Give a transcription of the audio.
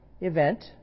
event